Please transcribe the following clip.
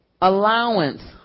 allowance